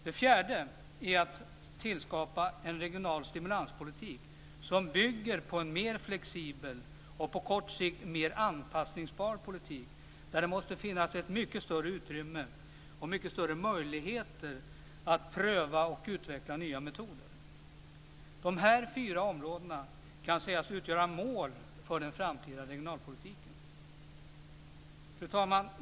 Det fjärde är att tillskapa en regional stimulanspolitik som bygger på en mer flexibel och på kort sikt mer anpassningsbar politik där det måste finnas ett mycket större utrymme och mycket större möjligheter att pröva och utveckla nya metoder. De här fyra områdena kan sägas utgöra mål för den framtida regionalpolitiken. Fru talman!